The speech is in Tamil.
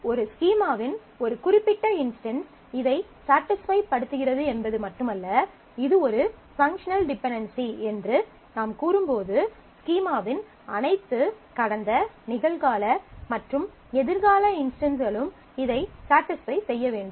ஒரு ஸ்கீமாவின் ஒரு குறிப்பிட்ட இன்ஸ்டன்ஸ் இதை ஸடிஸ்ஃபை படுத்துகிறது என்பது மட்டுமல்ல இது ஒரு பங்க்ஷனல் டிபென்டென்சி என்று நாம் கூறும்போது ஸ்கீமாவின் அனைத்து கடந்த நிகழ்கால மற்றும் எதிர்காலஇன்ஸ்டன்ஸ்களும் இதை ஸடிஸ்ஃபை செய்ய வேண்டும்